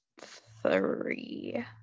three